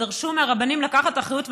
ודרשו מהרבנים לקחת אחריות.